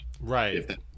right